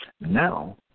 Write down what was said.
Now